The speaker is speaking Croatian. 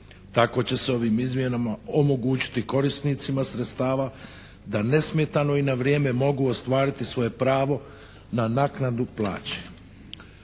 Tako će se ovim izmjenama omogućiti korisnicima sredstava da nesmetano i na vrijeme mogu ostvariti svoje pravo na naknadu plaće.